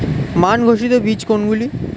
মান ঘোষিত বীজ কোনগুলি?